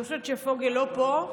אני חושבת שפוגל לא פה,